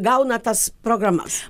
gauna tas programas